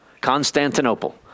Constantinople